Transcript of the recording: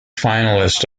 finalists